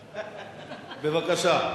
בבקשה.